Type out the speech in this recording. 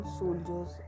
soldiers